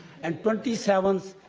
and twenty seven